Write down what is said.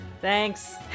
Thanks